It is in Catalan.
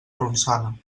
ronçana